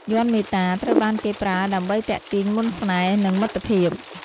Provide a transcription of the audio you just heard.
យ័ន្តមេត្តា ត្រូវបានគេប្រើដើម្បីទាក់ទាញមន្តស្នេហ៍ និងមិត្តភាព។